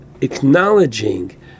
acknowledging